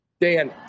Dan